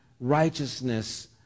righteousness